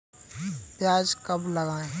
प्याज कब लगाएँ?